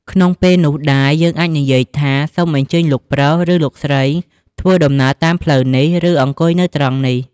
ក្នុងពេលនោះដែរ យើងអាចនិយាយថា "សូមអញ្ជើញលោកប្រុស ឬលោកស្រី ធ្វើដំណើរតាមផ្លូវនេះ ឬអង្គុយនៅត្រង់នេះ"។